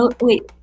wait